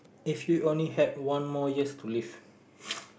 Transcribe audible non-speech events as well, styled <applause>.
if you only had one more years to live <breath>